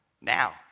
Now